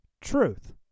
Truth